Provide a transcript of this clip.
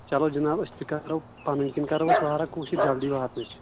چلو جِناب أسۍ تہِ کَرو پَنٕنۍ کَرو أسۍ واراہ کوٗشِش جَلدی واتنٕچ